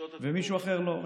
ומישהו אחר לא.